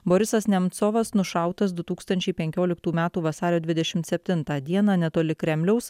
borisas nemcovas nušautas du tūkstančiai pernkioliktų metų vasario dvidešimt septintą dieną netoli kremliaus